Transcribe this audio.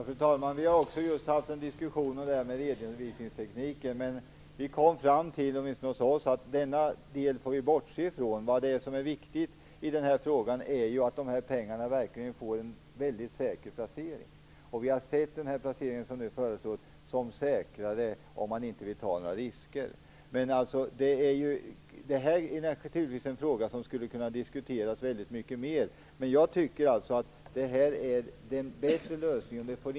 Fru talman! Vi har just haft en diskussion om redovisningstekniker. Vi hos oss kom fram till att vi får bortse ifrån denna del. Det viktiga i den här frågan är ju att pengarna får en mycket säker placering. Vi har sett den placering som nu föreslås som säkrare om man inte vill ta några risker. Detta är naturligtvis en fråga som skulle kunna diskuteras mycket mer, men jag tycker att detta är den bättre lösningen.